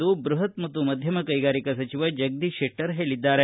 ಎಂದು ಬೃಪತ್ ಮತ್ತು ಮಧ್ಯಮ ಕೈಗಾರಿಕಾ ಸಚಿವ ಜಗದೀಶ ಶೆಟ್ಟರ್ ಹೇಳಿದ್ದಾರೆ